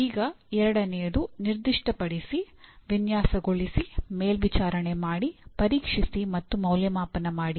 ಈಗ ಎರಡನೆಯದು ನಿರ್ದಿಷ್ಟಪಡಿಸಿ ವಿನ್ಯಾಸಗೊಳಿಸಿ ಮೇಲ್ವಿಚಾರಣೆ ಮಾಡಿ ಪರೀಕ್ಷಿಸಿ ಮತ್ತು ಮೌಲ್ಯಮಾಪನ ಮಾಡಿ